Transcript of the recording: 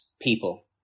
people